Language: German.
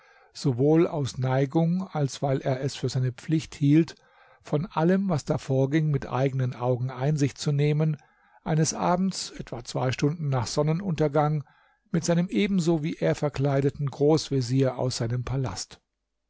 sowohl aus neigung als weil er es für seine pflicht hielt von allem was da vorging mit eigenen augen einsicht zu nehmen eines abends etwa zwei stunden nach sonnenuntergang mit seinem ebenso wie er verkleideten großvezier aus seinem palast